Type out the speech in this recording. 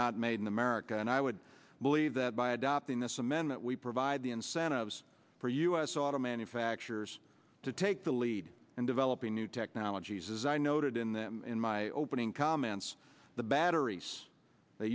not made in america and i would believe that by adopting this amendment we provide the incentives for u s auto manufacturers to take the lead and developing new technologies is i noted in them in my opening comments the batteries th